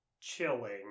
chilling